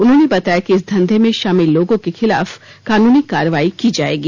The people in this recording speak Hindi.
उन्होंने बताया कि इस धंधे में शामिल लोगों के खिलाफ कानूनी कार्रवाई की जाएगी